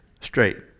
straight